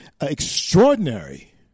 extraordinary